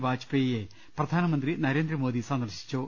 വാജ്പേ യിയെ പ്രധാനമന്ത്രി നരേന്ദ്രമോദി സന്ദർശിച്ചു